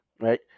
right